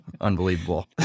Unbelievable